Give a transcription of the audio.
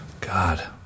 God